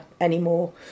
anymore